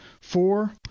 Four